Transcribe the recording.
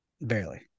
barely